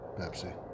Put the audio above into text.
Pepsi